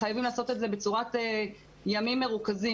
חייבים לעשות את זה בצורת ימים מרוכזים.